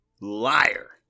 liar